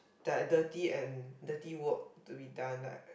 that are dirty and dirty work to be done like